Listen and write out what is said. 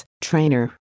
trainer